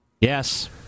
Yes